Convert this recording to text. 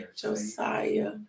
Josiah